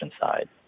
side